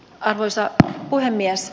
arvoisa puhemies